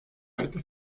erdi